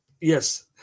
Yes